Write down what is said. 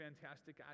fantastic